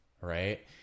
right